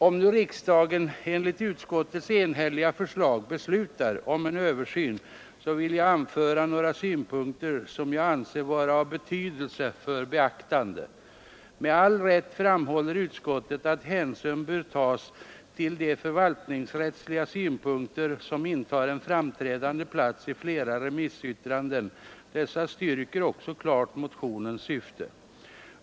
Om nu riksdagen enligt utskottets enhälliga förslag beslutar om en översyn, så vill jag anföra några synpunkter som jag anser vara av betydelse för beaktande. Med all rätt framhåller utskottet att hänsyn bör tas till de förvaltnings rättsliga synpunkter som intar en framträdande plats i flera remissyttranden. Dessa styrker också klart motionens syfte.